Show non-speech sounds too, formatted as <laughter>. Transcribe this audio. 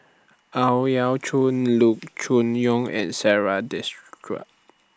Ang Yau Choon Loo Choon Yong and Sarah <unintelligible>